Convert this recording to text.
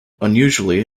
unusually